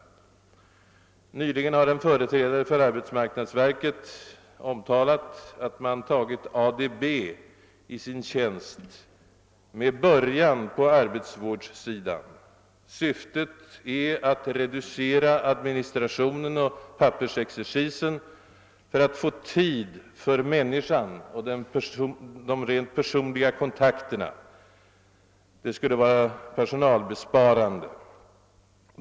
Nyligen har en företrädare för arbetsmarknadsverket omtalat att man tagit ADB i sin tjänst med början på arbetsvårdssidan. Det lovvärda syftet är att reducera administrationen och pappersexercisen för att få tid för människan och de rent personliga kontakterna. Det skulle vara personalbesparande.